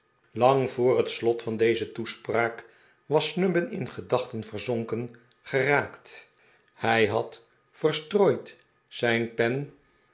lang voor het slot van deze toespraak was snubbin in gedachten verzonken geraakt hij had verstrooid zijn pen